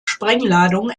sprengladung